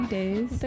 days